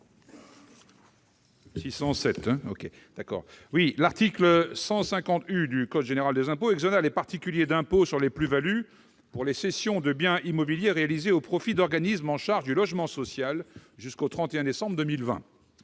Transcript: à M. Éric Bocquet. L'article 150 U du code général des impôts exonère les particuliers de l'impôt sur les plus-values pour les cessions de biens immobiliers réalisées au profit d'organismes chargés du logement social jusqu'au 31 décembre 2020.